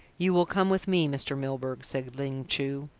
you will come with me, mr. milburgh, said ling chu.